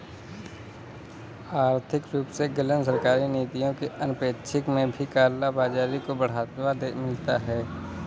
आर्थिक रूप से गलत सरकारी नीतियों के अनपेक्षित में भी काला बाजारी को बढ़ावा मिलता है